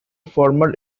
former